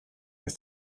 ist